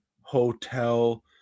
hotel